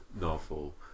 novel